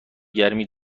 گرمی